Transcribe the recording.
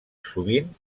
sovint